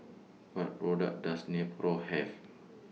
What products Does Nepro Have